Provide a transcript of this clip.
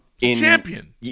champion